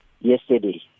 yesterday